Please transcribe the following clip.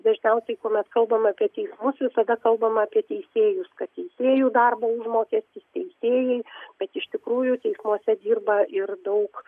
dažniausiai kuomet kalbam apie teismus visada kalbam apie teisėjus kad teisėjų darbo užmokestis teisėjai bet iš tikrųjų teismuose dirba ir daug